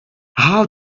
how